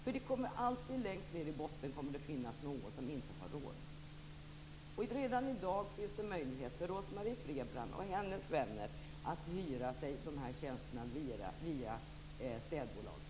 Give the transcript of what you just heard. Längst ned i botten kommer det alltid att finnas någon som inte har råd. Och redan i dag finns det möjlighet för Rose-Marie Frebran och hennes vänner att hyra sig de här tjänsterna via städbolag.